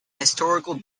historical